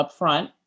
upfront